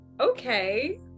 Okay